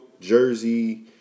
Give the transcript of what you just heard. Jersey